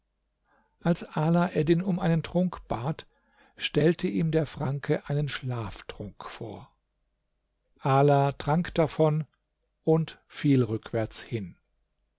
als ala eddin um einen trunk bat stellte ihm der franke einen schlaftrunk vor ala trank davon und fiel rückwärts hin